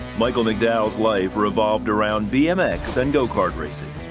michael mcdowell's life revolved around bmx and go cart races.